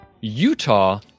Utah